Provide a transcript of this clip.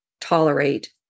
tolerate